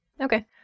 Okay